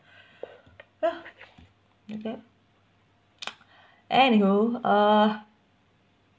ya okay any who uh